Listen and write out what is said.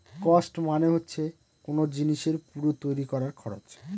cost মানে হচ্ছে কোন জিনিসের পুরো তৈরী করার খরচ